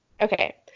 Okay